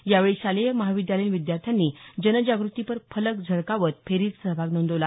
यावेळी शालेय महाविद्यालयीन विद्यार्थ्यांनी जनजाग्रतीपर फलक झळकावत फेरीत सहभाग नोंदवला